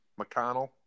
McConnell